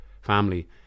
family